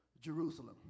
Jerusalem